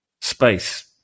space